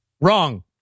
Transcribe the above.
Wrong